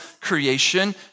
creation